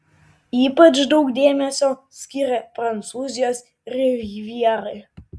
ypač daug dėmesio skyrė prancūzijos rivjerai